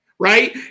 Right